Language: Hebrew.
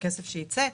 כסף שייצא.